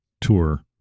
tour